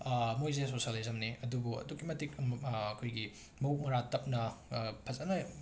ꯃꯣꯏꯁꯦ ꯁꯣꯁꯤꯌꯦꯜꯂꯤꯖꯝꯅꯦ ꯑꯗꯨꯕꯨ ꯑꯗꯨꯛꯀꯤ ꯃꯇꯤꯛ ꯑꯩꯈꯣꯏꯒꯤ ꯃꯕꯨꯛ ꯃꯔꯥ ꯇꯞꯅ ꯐꯖꯅ